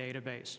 database